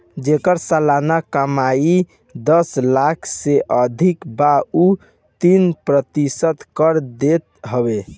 जेकर सलाना कमाई दस लाख से अधिका बा उ तीस प्रतिशत कर देत हवे